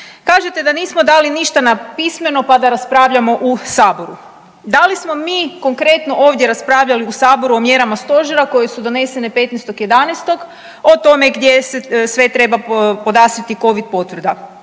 Kažete da nismo dali ništa na pismeno, pa da raspravljamo u Saboru. Da li smo mi konkretno ovdje raspravljali u Saboru o mjerama Stožera koje su donesene 15. 11. o tome gdje se sve treba podastrijeti Covid potvrda?